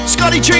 Scotty